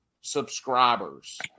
subscribers